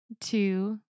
two